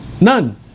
none